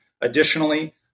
Additionally